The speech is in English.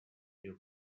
you